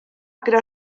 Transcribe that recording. gyda